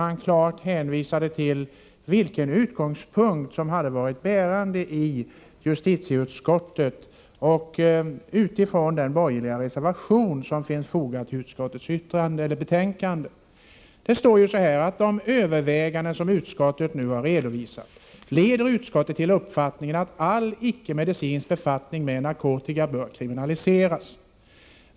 Han redogjorde klart för vilken utgångspunkt som hade varit bärande i justitieutskottet och för den borgerliga reservation som finns fogad till utskottets betänkande. I reservationen står det följande: ”De överväganden som utskottet nu har redovisat leder utskottet till uppfattningen att all icke-medicinsk befattning med narkotika bör kriminaliseras.